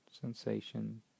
sensation